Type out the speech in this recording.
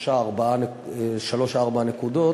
שלוש או ארבע הנקודות.